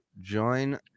join